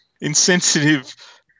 insensitive